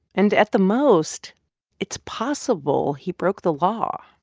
and at the most it's possible he broke the law